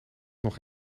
nog